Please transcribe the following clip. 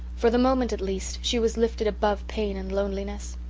for the moment at least, she was lifted above pain and loneliness.